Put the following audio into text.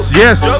yes